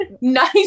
nice